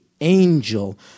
angel